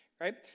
Right